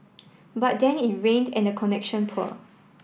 but then it rained and the connection poor